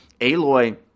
Aloy